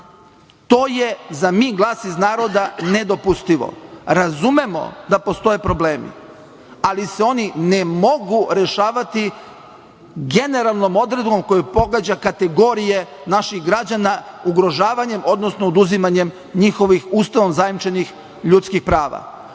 To je za Mi - glas iz naroda nedopustivo. Razumemo da postoje problemi, ali se oni ne mogu rešavati generalnom odredbom koja pogađa kategorije naših građana, ugrožavanjem odnosno oduzimanjem njihovih Ustavom zajamčenih ljudskih prava.U